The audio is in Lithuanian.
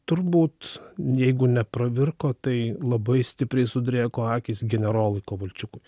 turbūt jeigu nepravirko tai labai stipriai sudrėko akys generolui kovalčiukui